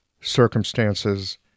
circumstances